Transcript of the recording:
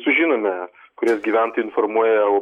sužinome kurias gyventojai informuoja